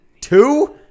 two